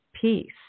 peace